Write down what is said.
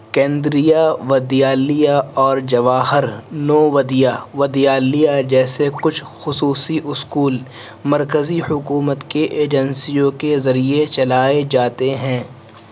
کیندریہ ودیالیہ اور جواہر نوودیا ودیالیہ جیسے کچھ خصوصی اسکول مرکزی حکومت کے ایجنسیوں کے ذریعے چلائے جاتے ہیں